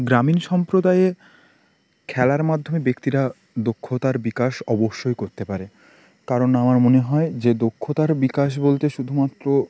গ্রামীণ সম্প্রদায়ে খেলার মাধ্যমে ব্যক্তিরা দক্ষতার বিকাশ অবশ্যই করতে পারে কারণ আমার মনে হয় যে দক্ষতার বিকাশ বলতে শুধুমাত্র